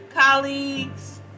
Colleagues